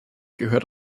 gehört